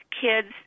kids